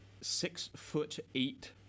six-foot-eight